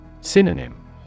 Synonym